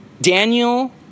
Daniel